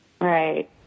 Right